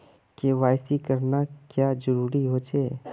KYC करना क्याँ जरुरी होचे?